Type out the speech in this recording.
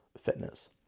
Fitness